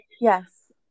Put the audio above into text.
Yes